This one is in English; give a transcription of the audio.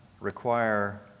require